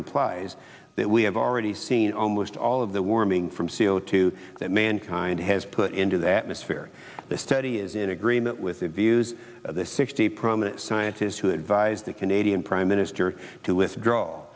implies that we have already seen almost all of the warming from c o two that mankind has put into that mix for the study is in agreement with the views of the sixty prominent scientists who advised the canadian prime minister to withdraw